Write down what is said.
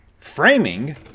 Framing